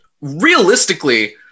realistically